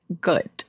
good